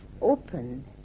open